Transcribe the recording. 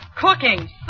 Cooking